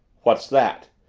what's that?